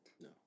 No